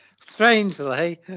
strangely